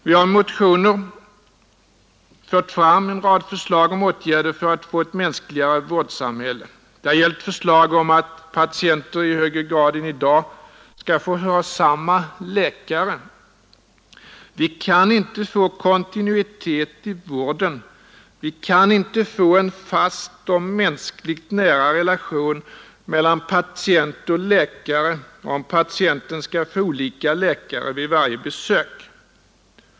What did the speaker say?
Vi har i motioner fört fram en rad förslag om åtgärder för att få ett mänskligare vårdsamhälle. Det har gällt förslag om att patienter i högre grad än i dag skall få ha samma läkare. Det kan inte bli kontinuitet i vården, vi kan inte få en fast och mänskligt nära relation mellan patient och läkare om patienten skall ha olika läkare vid varje besök.